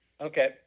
Okay